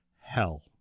hell